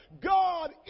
God